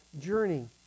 journey